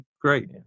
great